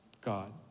God